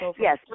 Yes